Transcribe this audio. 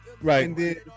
right